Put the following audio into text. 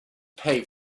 pay